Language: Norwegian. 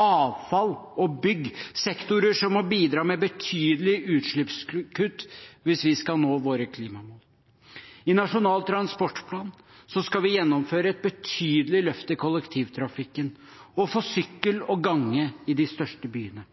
avfall og bygg – sektorer som må bidra med betydelige utslippskutt hvis vi skal nå våre klimamål. I Nasjonal transportplan skal vi gjennomføre et betydelig løft i kollektivtrafikken, og for sykkel og gange i de største byene.